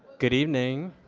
good evening.